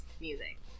music